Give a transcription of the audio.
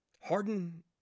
Harden